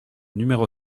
numéro